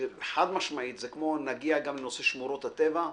שזה כמו נושא שמורות הטבע,